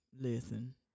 Listen